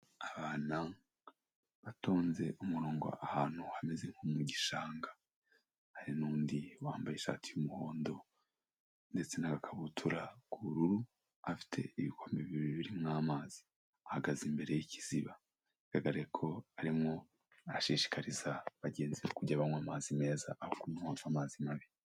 Abana batonze umun ahantu hameze nko mu gishanga hari n'undi wambaye ishati y'umuhondo ndetse n'akabutura k'ubururu afite ibikombe bibiririmo amazi ahagaze imbere y'ikizibagaragare ko arimo ashishikariza bagenzi be kujya banywa amazi meza apfu kumuhoza amazi mabi.